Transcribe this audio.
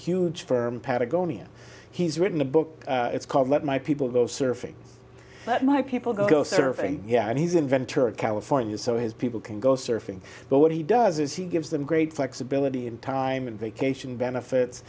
patagonia he's written a book it's called let my people go surfing let my people go surfing yeah and he's in ventura california so his people can go surfing but what he does is he gives them great flexibility in time and vacation benefits